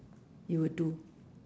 you would do